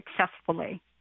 successfully